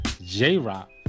J-Rock